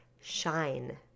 shine